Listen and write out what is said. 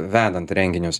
vedant renginius